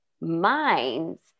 minds